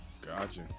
Gotcha